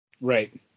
Right